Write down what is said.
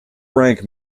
rank